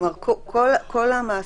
כל המעסיקים,